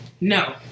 No